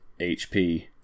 HP